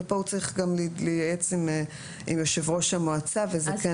ופה הוא צריך גם להיוועץ עם יושב-ראש המועצה וזה כן מאפשר.